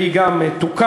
והיא גם תוקם,